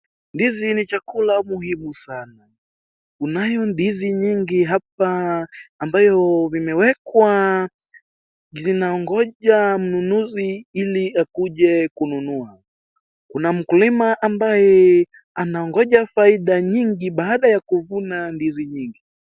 Ndizi ni chakula muhimu sana. Kunayo ndizi nyingi hapa ambayo vimewekwa vinaongoja mnunuzi ili akuje kununua. Kuna mkulima ambaye anaongoja faida nyingi baada ya kuvuna ndizi nyingi.